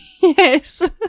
yes